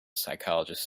psychologist